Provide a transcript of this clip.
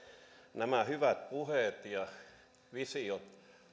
nämä hyvät puheet ja